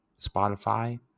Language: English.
spotify